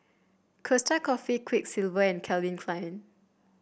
Costa Coffee Quiksilver and Calvin Klein